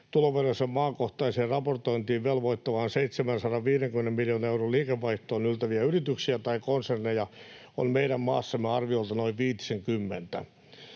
Tuloveronsa maakohtaiseen raportointiin velvoittavaan 750 miljoonan euron liikevaihtoon yltäviä yrityksiä tai konserneja on meidän maassamme arviolta noin